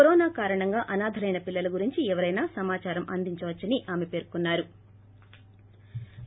corona కారణంగా అనాథలైన పిల్లల గురించి ఎవరైనా సమాచారం అందించవచ్చని పేర్కొన్నా రు